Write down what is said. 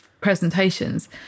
presentations